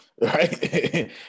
Right